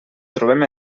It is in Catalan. trobem